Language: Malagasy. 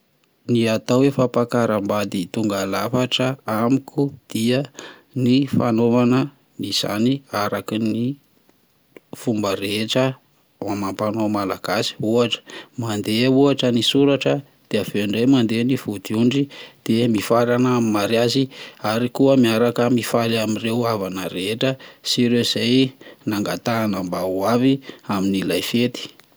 Ny atao hoe fampakaram-bady tonga lafatra amiko dia ny fanaovana izany araka ny fomba rehetra fomba amam-panao malagasy, ohatra mandeha ohatra ny soratra de aveo indray mandeha ny vody ondry dia mifarana amin'ny mariazy, ary ko miaraka mifaly amin'ireo havana rehetra sy ireo izay nangatahana mba ho avy amin'ilay fety.